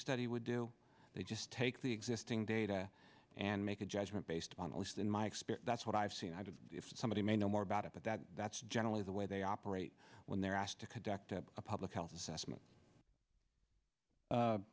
study would do they just take the existing data and make a judgement based on at least in my experience that's what i've seen if somebody may know more about it but that that's generally the way they operate when they're asked to conduct a public